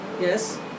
yes